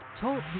Talk